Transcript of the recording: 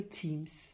teams